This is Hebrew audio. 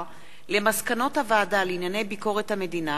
למסקנות הוועדה לענייני ביקורת המדינה